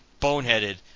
boneheaded